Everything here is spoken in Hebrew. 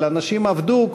אבל אנשים עבדו,